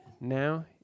now